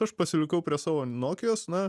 aš pasilikau prie savo nokijos na